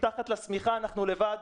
מתחת לשמיכה אנחנו לבד,